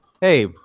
Hey